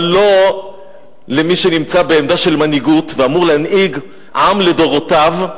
אבל לא למי שנמצא בעמדה של מנהיגות ואמור להנהיג עם לדורותיו,